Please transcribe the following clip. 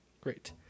Great